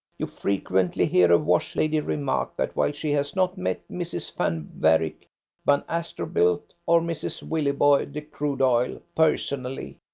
you frequently hear a wash-lady remark that while she has not met mrs. van varick van astorbilt or mrs. willieboy de crudoil personally,